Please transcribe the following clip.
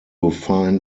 find